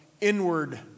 inward